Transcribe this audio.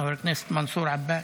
חבר הכנסת מנסור עבאס.